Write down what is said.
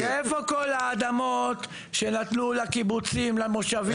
ואיפה כל האדמות שנתנו לקיבוצים ולמושבים בחינם?